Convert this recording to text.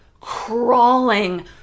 crawling